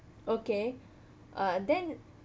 okay uh then